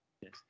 Yes